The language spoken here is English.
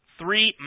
three